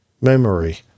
memory